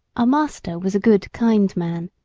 our master was a good, kind man.